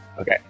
Okay